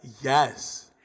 Yes